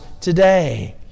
today